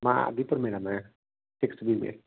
मां आदिपुर में रहंदो आहियां सिक्स्थ बी में